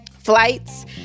Flights